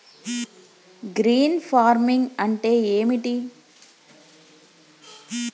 Green farming అంటే ఏమిటి?